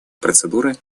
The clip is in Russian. процедуры